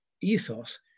ethos